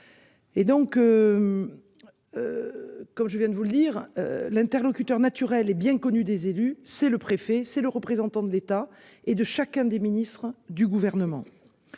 Et donc. Comme je viens de vous le dire l'interlocuteur naturel est bien connu des élus. C'est le préfet, c'est le représentant de l'État et de chacun des ministres du gouvernement.